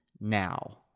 now